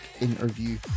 interview